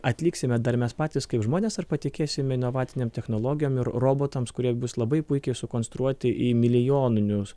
atliksime dar mes patys kaip žmonės ar patikėsim inovacinėm technologijom ir robotams kurie bus labai puikiai sukonstruoti į milijoninius